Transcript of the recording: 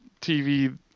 TV